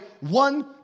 one